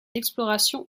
explorations